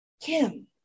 Kim